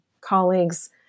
colleagues